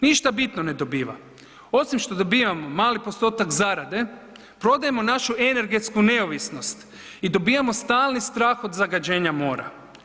Ništa bitno ne dobiva, osim što dobivamo mali postotak zarade prodajemo našu energetsku neovisnost i dobivamo stalni strah od zagađenja mora.